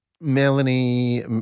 Melanie